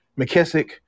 McKissick